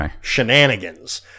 shenanigans